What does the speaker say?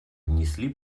внесли